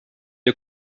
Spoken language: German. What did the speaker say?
der